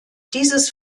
dieses